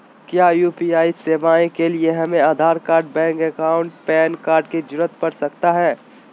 क्या यू.पी.आई सेवाएं के लिए हमें Aadhaar card bank account PAN card की जरूरत पड़ सकता है?